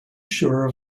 sure